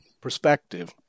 perspective